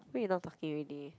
why you not talking already